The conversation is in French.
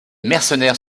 mercenaires